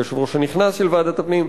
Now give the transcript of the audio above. היושב-ראש הנכנס של ועדת הפנים,